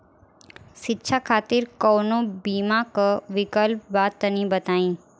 शिक्षा खातिर कौनो बीमा क विक्लप बा तनि बताई?